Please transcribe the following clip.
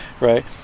Right